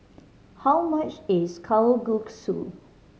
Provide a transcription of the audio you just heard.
how much is Kalguksu